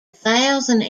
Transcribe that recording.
thousand